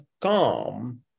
calm